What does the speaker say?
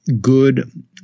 good